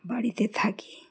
বাড়িতে থাকি